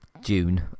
June